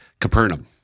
Capernaum